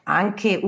anche